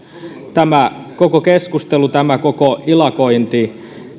tämä koko keskustelu tämä koko ilakointi